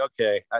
okay